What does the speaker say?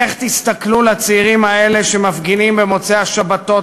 איך תסתכלו לצעירים האלה שמפגינים במוצאי-שבתות